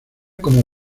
como